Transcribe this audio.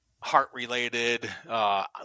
heart-related